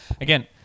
Again